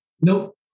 Nope